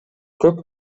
көп